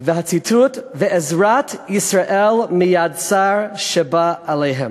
והציטוט: "ועזרת ישראל מידי הצר שבא עליהם".